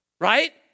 Right